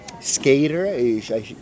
skater